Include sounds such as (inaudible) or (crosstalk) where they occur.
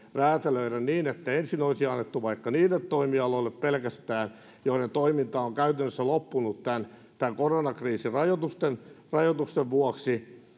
räätälöidä niin että ensin olisi annettu vaikka niille toimialoille pelkästään joiden toiminta on käytännössä loppunut tämän tämän koronakriisin rajoitusten rajoitusten vuoksi (unintelligible)